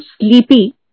sleepy